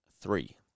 three